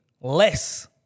less